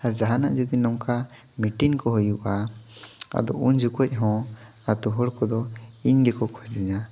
ᱟᱨ ᱡᱟᱦᱟᱱᱟᱜ ᱡᱩᱫᱤ ᱱᱚᱝᱠᱟ ᱢᱤᱴᱤᱱ ᱠᱚ ᱦᱩᱭᱩᱜᱼᱟ ᱟᱫᱚ ᱩᱱ ᱡᱚᱠᱷᱚᱡ ᱦᱚᱸ ᱟᱛᱳ ᱦᱚᱲ ᱠᱚᱫᱚ ᱤᱧ ᱜᱮᱠᱚ ᱠᱷᱚᱡᱤᱧᱟ